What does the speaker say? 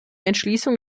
entschließung